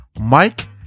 Mike